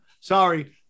Sorry